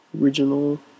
original